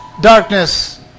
darkness